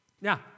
Now